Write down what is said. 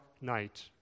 night